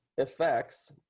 effects